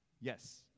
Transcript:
Yes